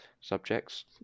subjects